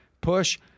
push